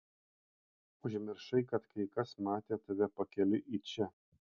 užmiršai kad kai kas matė tave pakeliui į čia